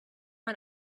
man